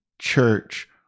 church